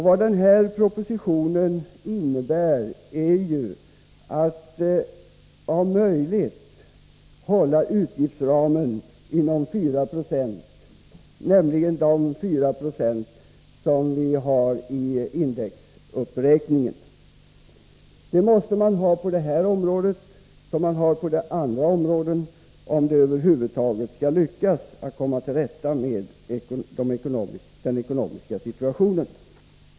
Vad den här propositionen innebär är ju att om möjligt hålla en ökning av utgifterna på 4 96, nämligen de 4 6 som utgör indexuppräkningen. En sådan återhållsamhet måste man ha på detta område som på alla andra områden, om det över huvud taget skall lyckas att komma till rätta med den ekonomiska situationen.